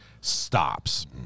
stops